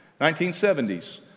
1970s